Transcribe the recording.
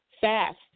fast